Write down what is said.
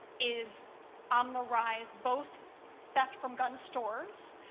is on the rise both theft from gun stores.